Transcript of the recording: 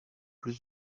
plus